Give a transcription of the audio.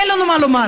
אין לנו מה לומר.